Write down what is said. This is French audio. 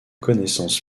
connaissance